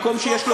במקום שיהיה,